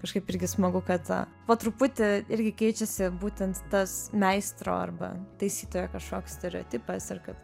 kažkaip irgi smagu kad po truputį irgi keičiasi būtent tas meistro arba taisytojo kažkoks stereotipas ar kad